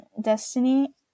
destiny